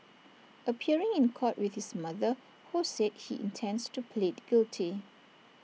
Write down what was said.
appearing in court with his mother ho said he intends to plead guilty